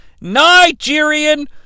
Nigerian